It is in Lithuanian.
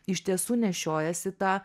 iš tiesų nešiojasi tą